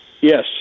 Yes